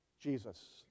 Jesus